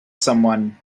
someone